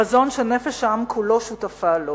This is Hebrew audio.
חזון שנפש העם כולו שותפה לו,